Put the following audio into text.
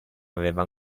aveva